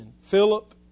Philip